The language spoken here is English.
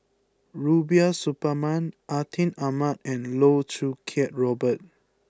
Rubiah Suparman Atin Amat and Loh Choo Kiat Robert